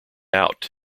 out